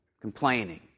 complaining